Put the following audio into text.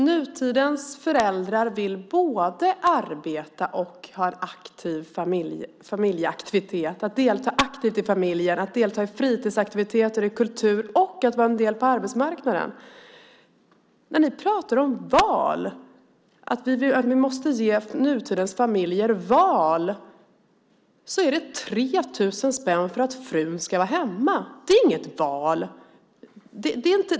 Fru talman! Nutidens föräldrar vill både arbeta och delta aktivt i familjen, delta i fritidsaktiviteter, i kultur och vara en del på arbetsmarknaden. När ni pratar om val, att vi måste ge nutidens familjer val är det 3 000 spänn för att frun ska vara hemma. Det är inget val.